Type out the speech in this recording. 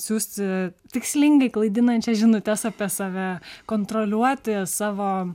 siųsti tikslingai klaidinančias žinutes apie save kontroliuoti savo